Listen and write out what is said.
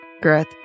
Growth